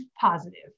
positive